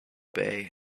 bay